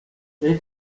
read